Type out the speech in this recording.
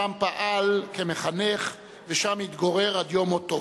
שם פעל כמחנך ושם התגורר עד יום מותו.